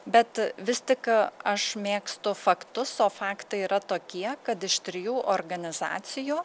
bet vis tik aš mėgstu faktus o faktai yra tokie kad iš trijų organizacijų